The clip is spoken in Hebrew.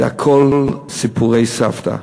זה הכול סיפורי סבתא.